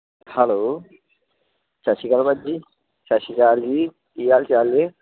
hello ਸਤਿ ਸ਼੍ਰੀ ਅਕਾਲ ਭਾਜੀ ਸਤਿ ਸ਼੍ਰੀ ਅਕਾਲ ਜੀ ਕੀ ਹਾਲ ਚਾਲ ਨੇ